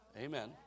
Amen